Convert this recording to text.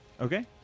Okay